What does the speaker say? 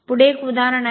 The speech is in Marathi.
पुढे एक उदाहरण आहे